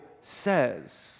says